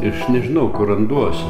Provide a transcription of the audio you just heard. iš nežinau kur randuos